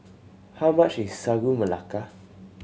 how much is Sagu Melaka